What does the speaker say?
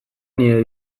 nire